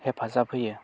हेफाजाब होयो